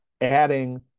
adding